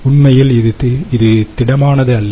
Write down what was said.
உண்மையில் இது திடமானதல்ல